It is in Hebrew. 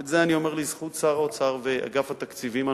את זה אני אומר לזכות שר האוצר ואגף התקציבים הנוכחי,